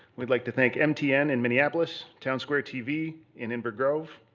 we'd like to thank mtn in minneapolis, town square tv in inver grove,